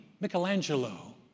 Michelangelo